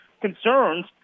concerns